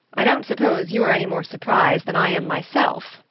i don't suppose you are any more surprised than i am myself,